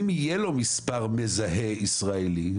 אם יהיה לו מספר מזהה ישראלי,